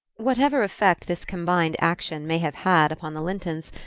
whatever effect this combined action may have had upon the lintons,